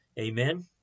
Amen